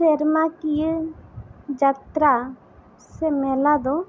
ᱥᱮᱨᱢᱟ ᱠᱤᱭᱟᱹ ᱡᱟᱛᱨᱟ ᱥᱮ ᱢᱮᱞᱟ ᱫᱚ